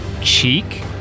cheek